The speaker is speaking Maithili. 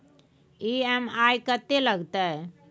ई.एम.आई कत्ते लगतै?